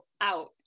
out